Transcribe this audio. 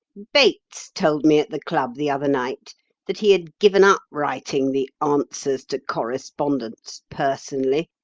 bates told me at the club the other night that he had given up writing the answers to correspondents personally,